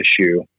issue